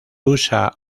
usa